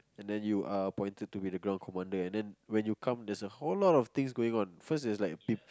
and then you are appointed to be the ground commander and then when you come there's a whole lot of things going on first there's like peo~